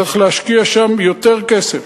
צריך להשקיע שם יותר כסף,